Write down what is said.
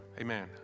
Amen